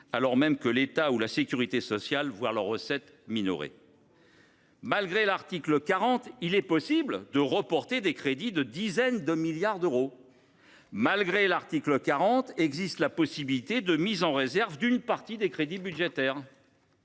alors même que l’État ou la sécurité sociale voient leurs recettes minorées. Encore exact ! Malgré l’article 40, il est possible de reporter des crédits de dizaines de milliards d’euros. Malgré l’article 40, la mise en réserve d’une partie des crédits budgétaires